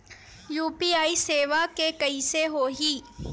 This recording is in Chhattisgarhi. यू.पी.आई सेवा के कइसे होही?